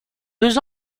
deux